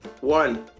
One